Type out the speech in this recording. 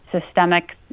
systemic